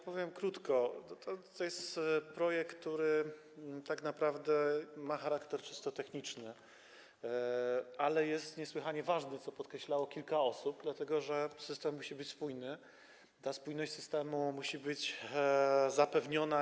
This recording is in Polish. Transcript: Powiem krótko: to jest projekt, który tak naprawdę ma charakter czysto techniczny, ale jest niesłychanie ważny, co podkreślało kilka osób, dlatego że system musi być spójny, ta spójność systemu musi być zapewniona.